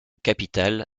capitale